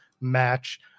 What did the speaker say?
match